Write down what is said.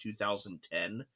2010